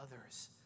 others